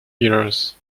years